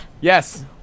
Yes